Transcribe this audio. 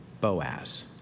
Boaz